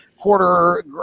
quarter